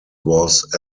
was